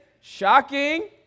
shocking